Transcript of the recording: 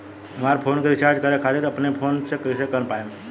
हमार फोन के रीचार्ज करे खातिर अपने फोन से कैसे कर पाएम?